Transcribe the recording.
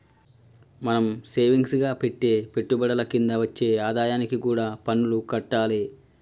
మనం సేవింగ్స్ గా పెట్టే పెట్టుబడుల కింద వచ్చే ఆదాయానికి కూడా పన్నులు గట్టాలే